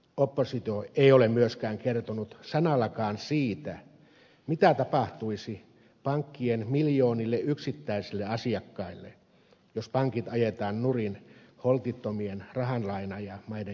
oppositio ei ole myöskään kertonut sanallakaan siitä mitä tapahtuisi pankkien miljoonille yksittäisille asiakkaille jos pankit ajetaan nurin holtittomien rahanlainaajamaiden johdosta